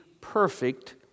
perfect